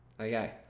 Okay